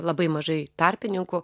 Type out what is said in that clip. labai mažai tarpininkų